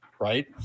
right –